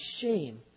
shame